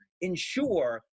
ensure